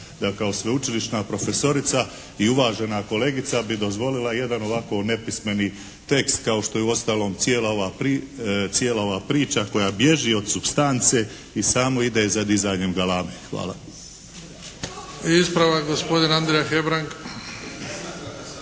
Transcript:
da kao sveučilišna profesorica i uvažena kolegica bi dozvolila jedan ovako nepismeni tekst kao što je uostalom cijela ova priča koja bježi od supstance i sama ide za dizanjem galame. Hvala. **Bebić, Luka (HDZ)** Ispravak, gospodin Andrija Hebrang.